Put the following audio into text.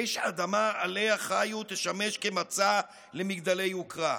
שהאדמה שעליה חיו תשמש כמצע למגדלי יוקרה.